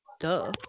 Duh